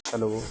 hello